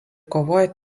kovojo